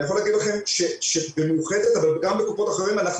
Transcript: אני יכול להגיד לכם שבמאוחדת אבל גם בקופות אחרות אנחנו